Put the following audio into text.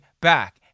back